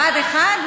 בה"ד 1. בה"ד 1?